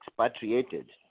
expatriated